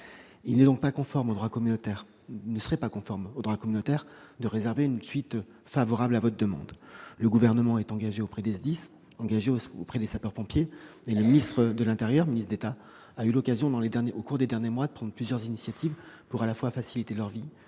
Il ne serait donc pas conforme au droit communautaire de réserver une suite favorable à votre demande. Le Gouvernement est engagé auprès des SDIS, auprès des sapeurs-pompiers, et le ministre d'État, ministre de l'intérieur, a eu l'occasion, au cours des derniers mois, de prendre plusieurs initiatives pour, à la fois, faciliter leur vie,